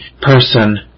person